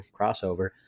crossover